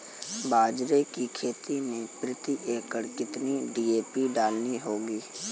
बाजरे की खेती में प्रति एकड़ कितनी डी.ए.पी डालनी होगी?